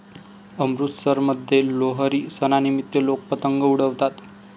अमृतसरमध्ये लोहरी सणानिमित्त लोक पतंग उडवतात